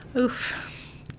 Oof